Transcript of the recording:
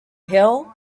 hill